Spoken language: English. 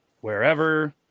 wherever